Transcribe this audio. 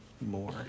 more